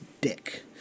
Dick